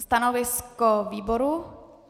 Stanovisko výboru?